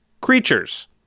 creatures